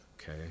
Okay